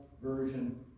version